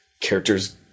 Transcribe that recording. characters